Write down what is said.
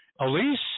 elise